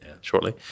shortly